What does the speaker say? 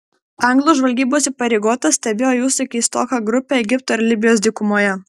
anglų žvalgybos įpareigotas stebėjo jūsų keistoką grupę egipto ir libijos dykumoje